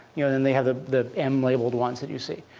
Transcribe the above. you know then they have the the m-labeled ones that you see.